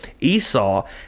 Esau